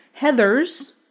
Heathers